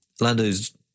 Lando's